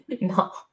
No